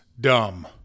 dumb